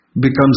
becomes